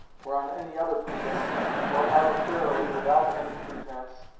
or on any other pretenses, or arbitrarily, without any pretense,